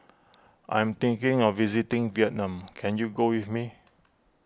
I am thinking of visiting Vietnam can you go with me